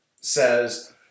says